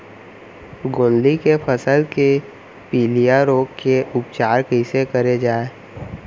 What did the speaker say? गोंदली के फसल के पिलिया रोग के उपचार कइसे करे जाये?